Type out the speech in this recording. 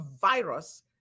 virus